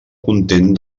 content